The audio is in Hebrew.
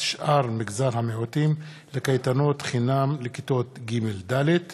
שאר מגזרי המיעוטים בקייטנות חינם לכיתות ג' ד';